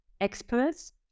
experts